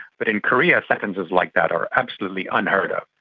but in korea sentences like that are absolutely unheard of.